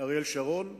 אריאל שרון.